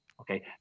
Okay